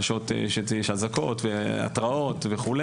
על שעות שיש אזעקות והתראות וכו',